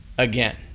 Again